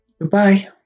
Goodbye